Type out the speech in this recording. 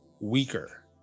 weaker